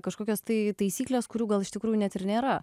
kažkokios tai taisyklės kurių gal iš tikrųjų net ir nėra